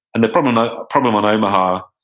and the problem ah problem on omaha,